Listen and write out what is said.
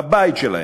בבית שלהם,